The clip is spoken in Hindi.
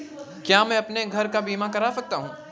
क्या मैं अपने घर का बीमा करा सकता हूँ?